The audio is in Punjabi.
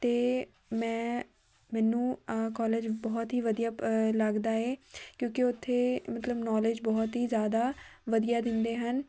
ਅਤੇ ਮੈਂ ਮੈਨੂੰ ਆਹ ਕੋਲੇਜ ਬਹੁਤ ਹੀ ਵਧੀਆ ਪ ਲੱਗਦਾ ਹੈ ਕਿਉਂਕਿ ਉੱਥੇ ਮਤਲਬ ਨੌਲੇਜ ਬਹੁਤ ਹੀ ਜ਼ਿਆਦਾ ਵਧੀਆ ਦਿੰਦੇ ਹਨ